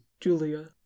Julia